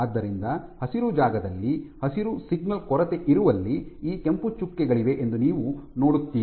ಆದ್ದರಿಂದ ಹಸಿರು ಜಾಗದಲ್ಲಿ ಹಸಿರು ಸಿಗ್ನಲ್ ಕೊರತೆಯಿರುವಲ್ಲಿ ಈ ಕೆಂಪು ಚುಕ್ಕೆಗಳಿವೆ ಎಂದು ನೀವು ನೋಡುತ್ತೀರಿ